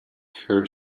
her